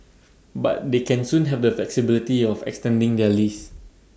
but they can soon have the flexibility of extending their lease